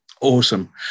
awesome